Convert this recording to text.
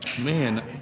man